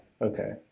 Okay